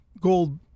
gold